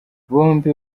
bombi